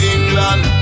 England